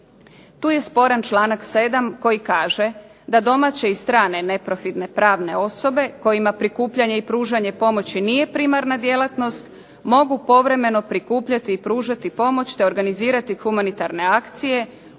Tu je sporan članak 7. koji kaže da domaće i strane neprofitne pravne osobe kojima prikupljanje i pružanje pomoći nije primarna djelatnost mogu povremeno prikupljati i pružati pomoć te organizirati humanitarne akcije